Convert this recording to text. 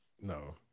No